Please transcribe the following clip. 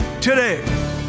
today